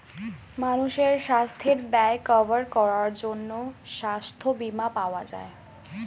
মানুষের সাস্থের ব্যয় কভার করার জন্যে সাস্থ বীমা পাওয়া যায়